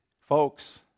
folks